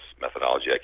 methodology